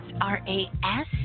R-A-S